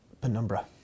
Penumbra